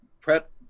Prep